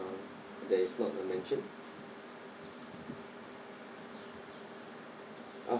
that is not mentioned ah